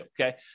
okay